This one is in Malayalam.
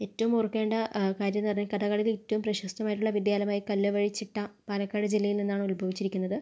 ഏറ്റവും ഓർക്കേണ്ട കാര്യം എന്ന് പറഞ്ഞാൽ കഥകളിയുടെ ഏറ്റവും പ്രശസ്തമായ വിദ്യാലയമായ കല്ലുവഴി ചിട്ട പാലക്കാട് ജില്ലയിൽ നിന്നാണ് ഉത്ഭവിച്ചിരിക്കുന്നത്